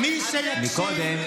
מי שיקשיב,